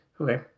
Okay